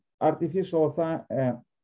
artificial